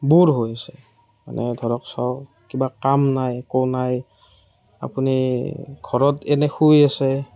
bore হৈ আছে মানে ধৰক চ কিবা কাম নাই একো নাই আপুনি ঘৰত এনেই শুই আছে